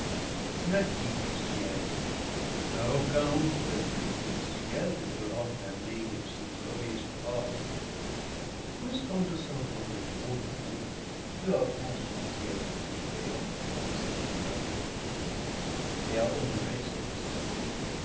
du ciel car aucun autre lieu que le ciel ne peut ren fermer une si glorieuse forme puisque en descendant des trô nes d'en haut tu as consenti à te priver un moment de ces de meures fortunées et à honorer celles-ci